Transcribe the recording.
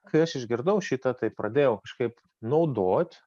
kai aš išgirdau šitą tai pradėjau kažkaip naudot